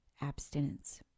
abstinence